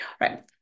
right